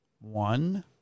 one